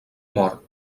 mort